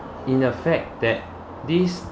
in the fact that this